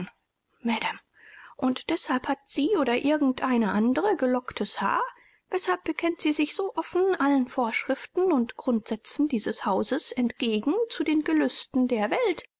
und weshalb hat sie oder irgend eine andere gelocktes haar weshalb bekennt sie sich so offen allen vorschriften und grundsätzen dieses hauses entgegen zu den gelüsten der welt